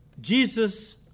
Jesus